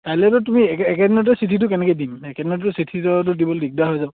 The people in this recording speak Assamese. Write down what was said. কাইলেতো তুমি একেদিনতে চিঠিটো কেনেকে দিম একে দিনত চিঠিটো দিব দিগদাৰ হৈ যাব